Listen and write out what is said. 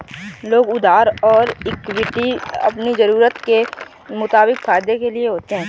लोग उधार और इक्विटी अपनी ज़रूरत के मुताबिक फायदे के लिए लेते है